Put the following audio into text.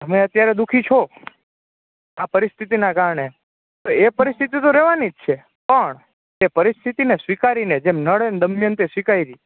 તમે અત્યારે દુઃખી છો આ પરિસ્થિતિના કારણે તો એ પરિસ્થિતિ તો રહેવાની જ છે પણ એ પરિસ્થિતિને સ્વીકારીને જેમ નળે અને દમયંતી એ સ્વીકારી